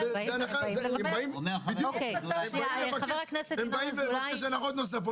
הם באים לבקש הנחות נוספות,